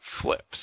flips